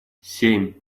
семь